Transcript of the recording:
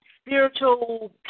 spiritual